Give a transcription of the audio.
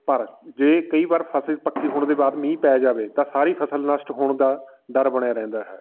ਪਰ ਜੇ ਕਈ ਵਾਰ ਫਸਲ ਪੱਕੀ ਹੋਣ ਦੇ ਬਾਅਦ ਮੀਂਹ ਪੈ ਜਾਵੇ ਤਾਂ ਸਾਰੀ ਫਸਲ ਨਸ਼ਟ ਹੋਣ ਦਾ ਡਰ ਬਣਿਆ ਰਹਿੰਦਾ ਹੈ